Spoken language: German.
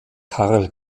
karl